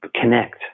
connect